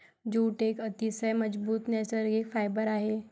jute एक अतिशय मजबूत नैसर्गिक फायबर आहे